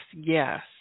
yes